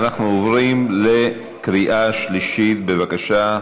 אנחנו עוברים לקריאה שלישית, בבקשה.